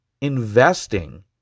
investing